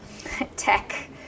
Tech